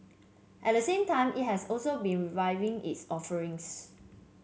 at the same time it has also been reviewing its offerings